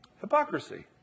Hypocrisy